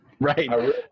Right